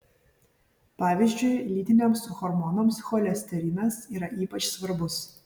pavyzdžiui lytiniams hormonams cholesterinas yra ypač svarbus